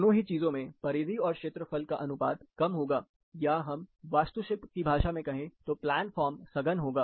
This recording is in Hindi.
दोनों ही चीजों में परिधि और क्षेत्रफल का अनुपात कम होगा या हम वास्तुशिल्प की भाषा में कहें तो प्लान फॉर्म सघन होगा